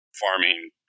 farming